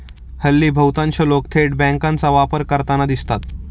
हल्ली बहुतांश लोक थेट बँकांचा वापर करताना दिसतात